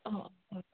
অঁ অঁ